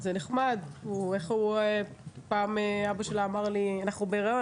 זה נחמד, איך פעם אבא שלה אמר לי: אנחנו בהריון.